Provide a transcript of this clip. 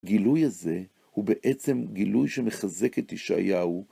הגילוי הזה הוא בעצם גילוי שמחזק את ישעיהו